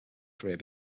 career